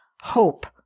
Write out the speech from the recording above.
hope